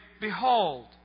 behold